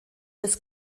des